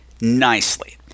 nicely